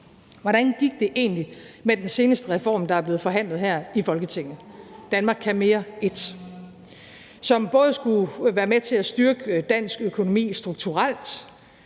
Hvordan gik det egentlig med den seneste reform, der er blevet forhandlet her i Folketinget, »Danmark kan mere I«? Den skulle både være med til at styrke dansk økonomi strukturelt,